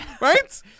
Right